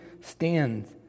stands